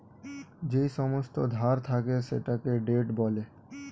যেই সমস্ত ধার থাকে সেটাকে ডেট বলে